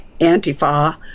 Antifa